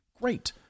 Great